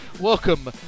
welcome